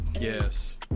Yes